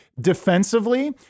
defensively